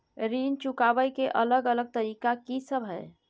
ऋण चुकाबय के अलग अलग तरीका की सब हय?